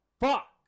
Fuck